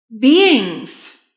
beings